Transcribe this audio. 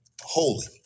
Holy